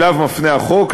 שאליה מפנה החוק,